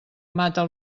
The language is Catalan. mata